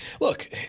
Look